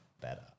better